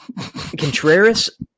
Contreras